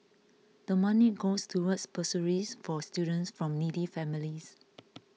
the money goes towards bursaries for students from needy families